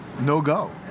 no-go